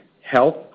health